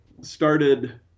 started